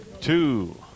two